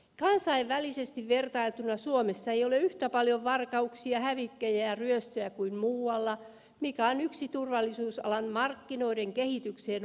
kansainvälisesti vertailtuna suomessa ei ole yhtä paljon varkauksia hävikkejä ja ryöstöjä kuin muualla mikä on yksi turvallisuusalan markkinoiden kehitykseen vaikuttava tekijä